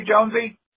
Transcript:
Jonesy